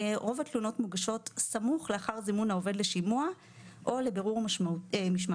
רוב התלונות מוגשות סמוך לאחר זימון העובד לשימוע או לבירור משמעתי.